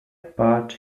but